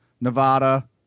Nevada